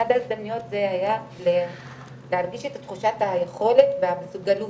אחת ההזדמנויות זה היה להרגיש את תחושת היכולת והמסוגלות,